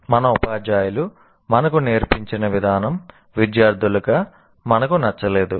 మా ఉపాధ్యాయులు మాకు నేర్పించిన విధానం విద్యార్థులుగా మాకు నచ్చలేదు